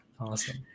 Awesome